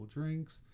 drinks